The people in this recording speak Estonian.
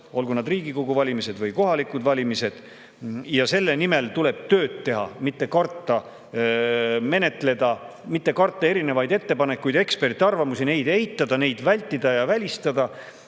olgu need Riigikogu valimised või kohalikud valimised. Selle nimel tuleb tööd teha, mitte karta menetleda, mitte karta erinevaid ettepanekuid ja eksperdiarvamusi, mitte neid eitada, neid vältida ja välistada,